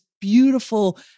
beautiful